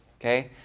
okay